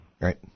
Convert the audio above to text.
Right